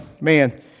man